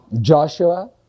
Joshua